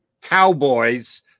Cowboys –